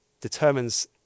determines